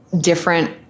different